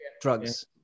drugs